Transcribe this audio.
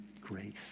grace